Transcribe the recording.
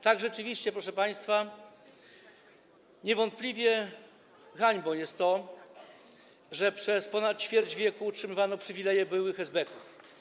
Tak, rzeczywiście, proszę państwa, niewątpliwie hańbą jest to, że przez ponad ćwierć wieku utrzymywano przywileje dla byłych esbeków.